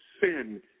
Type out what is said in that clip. sin